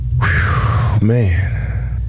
Man